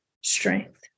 strength